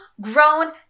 grown